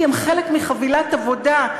כי הם חלק מחבילת עבודה,